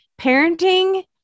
parenting